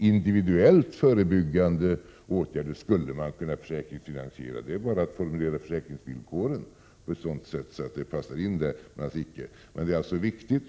Individuellt förebyggande åtgärder skulle man kunna finansiera genom försäkring. Det är bara att formulera försäkringsvillkoren på ett sådant sätt att det passar.